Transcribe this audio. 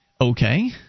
Okay